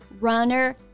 runner